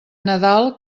nadal